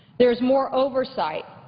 there is more oversight.